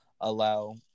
allow